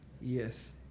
yes